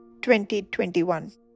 2021